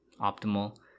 optimal